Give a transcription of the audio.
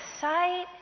sight